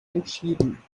entschieden